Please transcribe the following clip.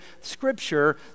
Scripture